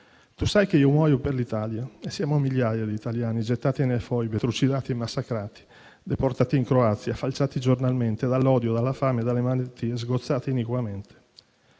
Tu sai che io muoio per l'Italia. Siamo migliaia di italiani gettati nelle foibe, trucidati e massacrati, deportati in Croazia, falciati giornalmente dall'odio, dalla fame e dalle malattie, sgozzati iniquamente.